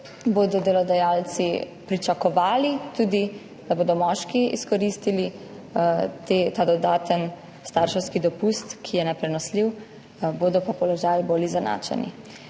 bodo delodajalci pričakovali, da bodo tudi moški izkoristili ta dodaten starševski dopust, ki je neprenosljiv, bodo položaji bolj izenačeni.